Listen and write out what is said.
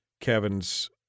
Kevin's